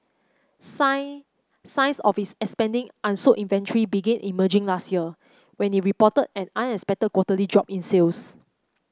signs signs of its expanding unsold inventory began emerging last year when it reported an unexpected quarterly drop in sales